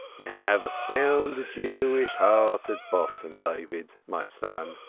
you have a sound jewish heart at bottom, david, my son.